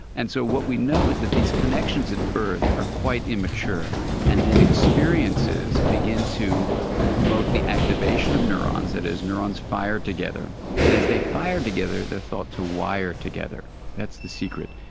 and so what we know is that these connections at birth are quite immature and then experiences begin to promote the activation of neurons, that is neurons fire together and as they fire together they're thought to wire together. that's the secret.